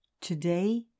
Today